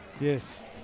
Yes